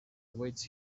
awaits